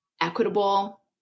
equitable